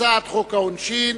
הצעת חוק העונשין